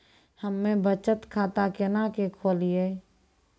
हम्मे बचत खाता केना के खोलियै?